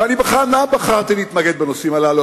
ואני בכוונה בחרתי להתמקד בנושאים הללו,